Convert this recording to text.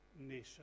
nation